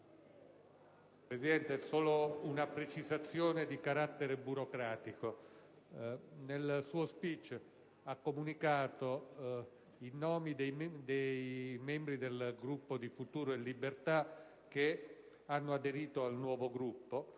vorrei fare solo una precisazione di carattere burocratico. Lei ha comunicato i nomi dei membri del Gruppo Futuro e Libertà che hanno aderito al nuovo Gruppo